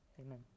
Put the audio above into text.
Amen